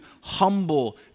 humble